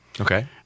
Okay